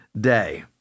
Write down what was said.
day